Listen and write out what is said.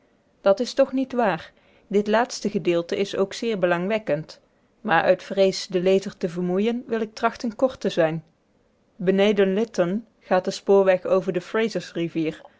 dat is toch niet waar dit laatste gedeelte is ook zeer belangwekkend maar uit vrees den lezer te vermoeien wil ik trachten kort te zijn beneden lytton gaat de spoorweg over de frasersrivier